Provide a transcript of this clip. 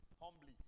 humbly